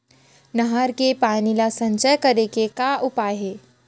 नहर के पानी ला संचय करे के का उपाय हे?